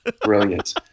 brilliant